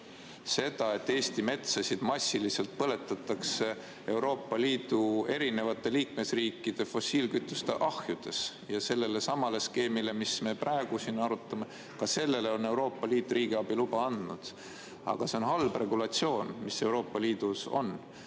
seda, et Eesti metsasid massiliselt põletataks Euroopa Liidu liikmesriikide fossiilkütuste ahjudes. Ka sellelesamale skeemile, mida me praegu siin arutame, on Euroopa Liit riigiabiloa andnud. Aga see on halb regulatsioon, mis Euroopa Liidus on.